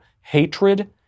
hatred